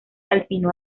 alpino